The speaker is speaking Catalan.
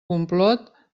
complot